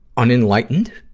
unenlightened,